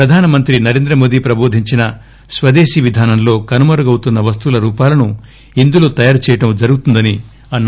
ప్రధాన మంత్రి నరేంద్రమోదీ ప్రబోధించిన స్పదేశీ విధానంలో కనుమరుగౌతున్న వస్తువుల రూపాలను ఇందులో తయారు చేయడం జరుగుతుందని అన్నారు